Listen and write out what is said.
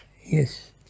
Yes